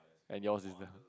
and yours is the